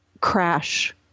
crash